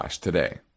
today